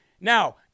Now